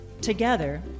Together